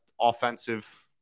offensive